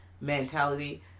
mentality